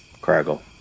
Craggle